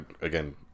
again